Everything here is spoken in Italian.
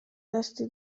resti